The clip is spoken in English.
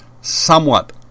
somewhat